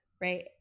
right